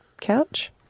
couch